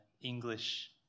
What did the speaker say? English